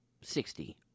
Sixty